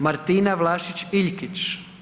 Martina Vlašić Iljkić.